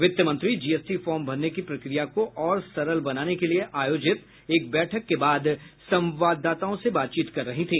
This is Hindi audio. वित्त मंत्री जीएसटी फॉर्म भरने की प्रक्रिया को और सरल बनाने के लिए आयोजित एक बैठक के बाद संवाददाताओं से बातचीत कर रही थी